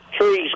trees